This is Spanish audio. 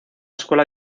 escuela